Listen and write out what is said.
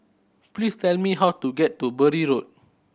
please tell me how to get to Bury Road